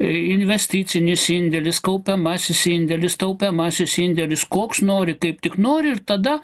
investicinis indėlis kaupiamasis indėlis taupiamasis indėlis koks nori kaip tik nori ir tada